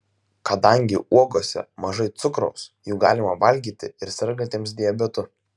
kadangi uogose mažai cukraus jų galima valgyti ir sergantiems diabetu